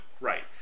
Right